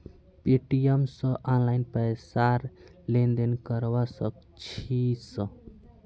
Paytm स online पैसार लेन देन करवा सक छिस